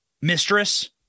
mistress